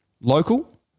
local